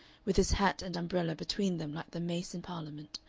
with his hat and umbrella between them like the mace in parliament,